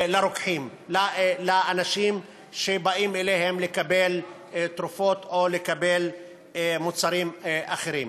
לאנשים שבאים אליהם לקבל תרופות או לקבל מוצרים אחרים.